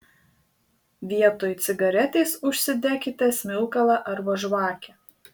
vietoj cigaretės užsidekite smilkalą arba žvakę